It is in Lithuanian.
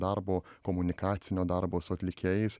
darbo komunikacinio darbo su atlikėjais